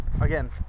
Again